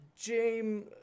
james